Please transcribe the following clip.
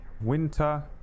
winter